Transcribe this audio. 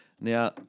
Now